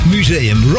Museum